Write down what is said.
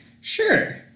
Sure